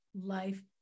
life